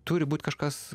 turi būt kažkas